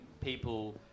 people